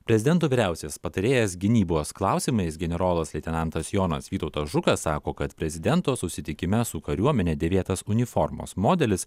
prezidento vyriausias patarėjas gynybos klausimais generolas leitenantas jonas vytautas žukas sako kad prezidento susitikime su kariuomene dėvėtas uniformos modelis